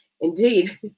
Indeed